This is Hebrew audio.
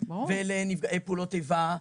לנפגעי פעולות איבה,